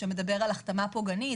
שמדבר על החתמה פוגענית.